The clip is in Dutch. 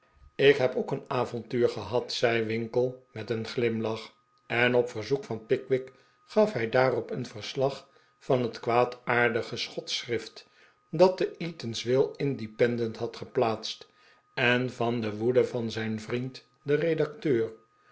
ik heb ook een avontuur gehad zei winkle met een glimlach en op verzoek van pickwick gaf hij daarop een verslag van het kwaadaardige schotschrift dat de eatanswill independent had geplaatst en van de woede van zijn vriend den redacteur